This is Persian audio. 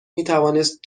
میتوانست